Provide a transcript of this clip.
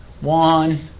One